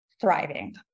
thriving